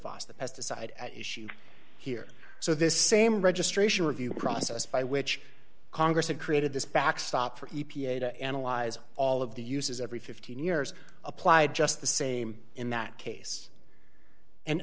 the pesticide at issue here so this same registration review process by which congress had created this backstop for e p a to analyze all of the uses every fifteen years applied just the same in that case and